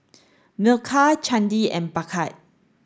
Milkha Chandi and Bhagat